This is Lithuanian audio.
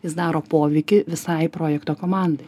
jis daro poveikį visai projekto komandai